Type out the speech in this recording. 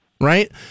right